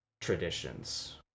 traditions